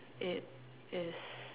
it is